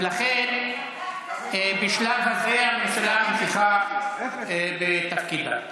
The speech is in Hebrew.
ולכן, בשלב זה הממשלה ממשיכה בתפקידה.